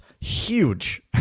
huge